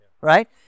right